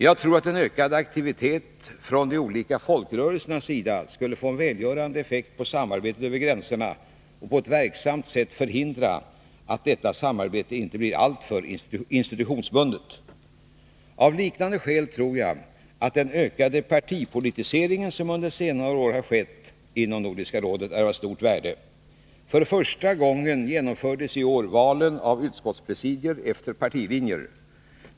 Jag tror att en ökad aktivitet från de olika folkrörelsernas sida skulle få en välgörande effekt på samarbetet över gränserna och på ett verksamt sätt förhindra att detta samarbete blir alltför institutionsbundet. Av liknande skäl tror jag att den ökade partipolitisering som under senare år skett inom Nordiska rådet är av stort värde. För första gången genomfördes i år valen av utskottspresidier efter partilinjer.